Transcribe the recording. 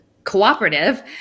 cooperative